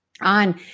on